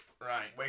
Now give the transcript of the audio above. Right